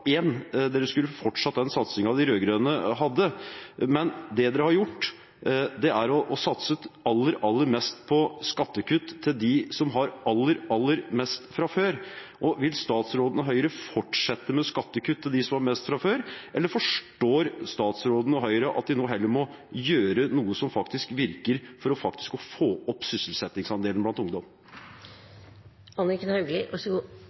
skulle fortsatt den satsingen de rød-grønne hadde. Men det som er gjort, er å satse aller, aller mest på skattekutt til dem som har aller, aller mest fra før. Vil statsråden og Høyre fortsette med skattekutt til dem som har mest fra før, eller forstår statsråden og Høyre at de nå heller må gjøre noe som faktisk virker for å få opp sysselsettingsandelen blant